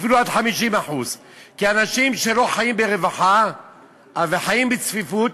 אפילו עד 50%. כי אנשים שלא חיים ברווחה וחיים בצפיפות,